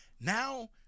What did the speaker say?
now